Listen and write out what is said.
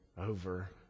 over